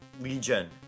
Legion